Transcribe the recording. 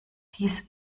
dies